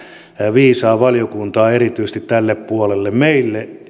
viisaa valiokuntaa erityisesti tälle puolelle meille